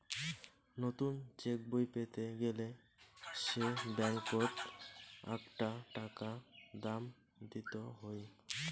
নতুন চেকবই পেতে গেলে সে ব্যাঙ্কত আকটা টাকা দাম দিত হই